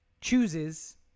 chooses